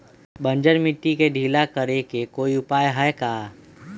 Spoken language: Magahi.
बंजर मिट्टी के ढीला करेके कोई उपाय है का?